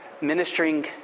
Ministering